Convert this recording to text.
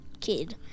kid